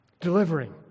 delivering